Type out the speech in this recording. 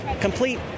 complete